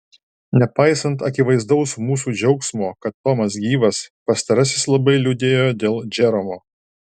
nepaisant akivaizdaus mūsų džiaugsmo kad tomas gyvas pastarasis labai liūdėjo dėl džeromo